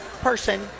person